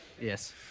Yes